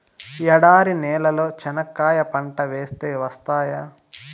ఎడారి నేలలో చెనక్కాయ పంట వేస్తే వస్తాయా?